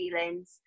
feelings